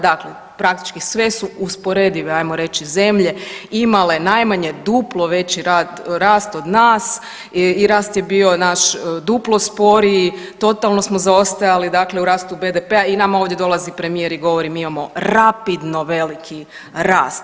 Dakle, praktički, sve su usporedive, ajmo reći, zemlje imale najmanje duplo veći rast od nas i rast je bio naš duplo sporiji, totalno smo zaostajali, dakle u rastu BDP-a i nama ovdje dolazi premijer i govori mi imamo rapidno veliki rast.